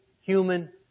human